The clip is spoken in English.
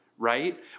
right